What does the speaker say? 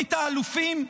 תוכנית האלופים?